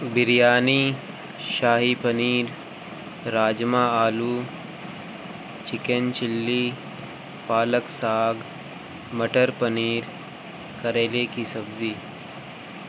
biryani shahi paneer rajma aloo chicken chilli palak saag matar paneer کریلے کی سبزی